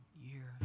years